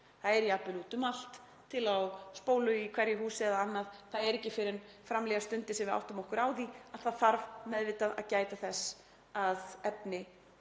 það er jafnvel úti um allt, til á spólu í hverju húsi eða annað. Það er ekki fyrr en fram líða stundir sem við áttum okkur á því að það þarf meðvitað að gæta þess að efni